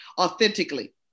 authentically